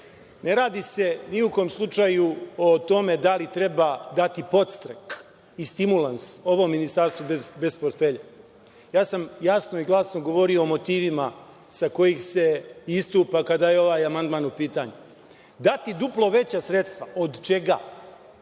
Ne radi se ni u kom slučaju o tome da li treba dati podstrek i stimulans ovom Ministarstvu bez portfelja. Ja sam jasno i glasno govorio o motivima sa kojih se istupa kada je ovaj amandman u pitanju. Dati duplo veća sredstva, od čega